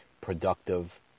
productive